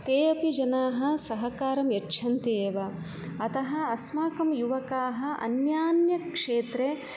ते अपि जनाः सहकारं यच्छन्ति एव अतः अस्माकं युवकाः अन्यान्यक्षेत्रे